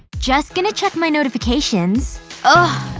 just gonna check my notifications ah